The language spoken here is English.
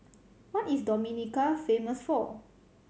what is Dominica famous for